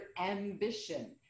ambition